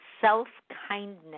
self-kindness